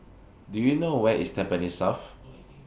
Do YOU know Where IS Tampines South